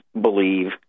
believe